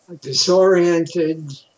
disoriented